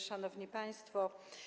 Szanowni Państwo!